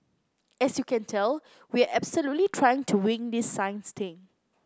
as you can tell we are absolutely trying to wing this science thing